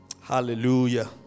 Hallelujah